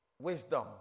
wisdom